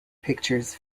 pictures